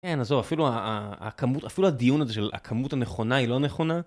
כן, אז זהו, אפילו הדיון הזה של הכמות הנכונה, הלא נכונה,